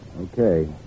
Okay